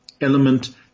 element